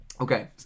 Okay